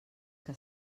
que